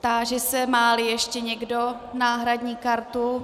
Táží se, máli ještě někdo náhradní kartu.